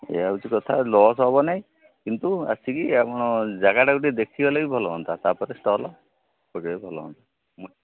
ଏୟା ହେଉଛି କଥା ଲସ୍ ହବ ନାହିଁ କିନ୍ତୁ ଆସିକି ଆପଣ ଜାଗାଟାକୁ ଟିକେ ଦେଖିଗଲେ ବି ଭଲ ହଅନ୍ତା ତାପରେ ଷ୍ଟଲ୍ ପକାଇବାକୁ ବି ଭଲ ହଅନ୍ତା